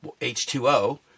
H2O